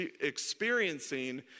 experiencing